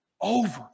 Over